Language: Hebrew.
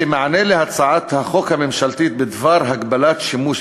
כמענה להצעת החוק הממשלתית בדבר הגבלת שימוש,